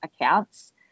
accounts